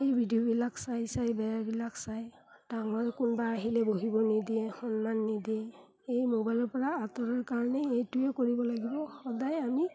এই ভিডিঅ'বিলাক চাই চাই বেয়াবিলাক চাই ডাঙৰ কোনোবা আহিলে বহিব নিদিয়ে সন্মান নিদিয়ে এই মোবাইলৰ পৰা আঁতৰাৰ কাৰণে এইটোৱে কৰিব লাগিব সদায় আমি